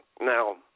Now